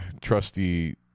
trusty